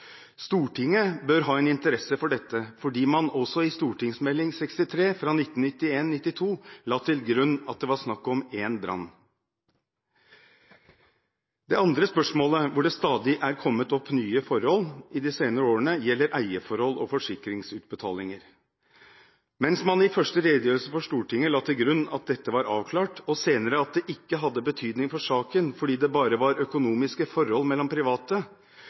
Stortinget bør ha en interesse for dette, fordi man også i St.meld. 63 for 1991–1992 la til grunn at det var snakk om én brann. Det andre spørsmålet, hvor det stadig er kommet opp nye forhold i de senere årene, gjelder eierforhold og forsikringsutbetalinger. Mens man i første redegjørelse for Stortinget la til grunn at dette var avklart, og senere at det ikke hadde betydning for saken fordi det bare var økonomiske forhold mellom private,